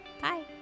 Bye